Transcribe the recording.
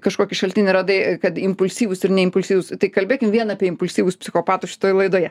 kažkokį šaltinį radai kad impulsyvūs ir neimpulsyvūs tai kalbėkim vien apie impulsyvus psichopatus šitoj laidoje